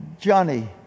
Johnny